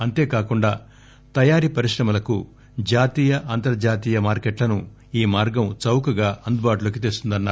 అంతేకాకుండా తయారీ పరిశ్రమలకు జాతీయ అంతర్జాతీయ మార్కెట్లను ఈ మార్గం చౌకగా అందుబాటులోకి తెస్తుందన్నారు